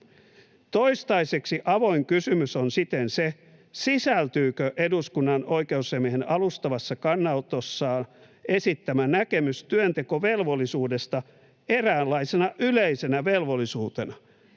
Toistaiseksi avoin kysymys on siten se, sisältyykö eduskunnan oikeusasiamiehen alustavassa kannanotossaan esittämä näkemys työntekovelvollisuudesta eräänlaisena yleisenä velvollisuutena